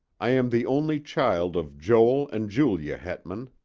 i am the only child of joel and julia hetman.